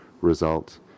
result